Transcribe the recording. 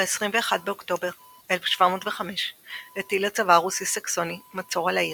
ב-21 באוקטובר 1705 הטיל הצבא הרוסי-סקסוני מצור על העיר.